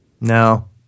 no